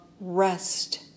rest